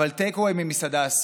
אבל take away ממסעדה אסור?